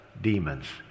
demons